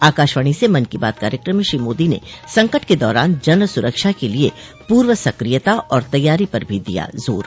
आकाशवाणी से मन की बात कार्यक्रम में श्री मोदी ने संकट के दौरान जन सुरक्षा के लिए पूर्व सक्रियता और तैयारी पर भी दिया जोर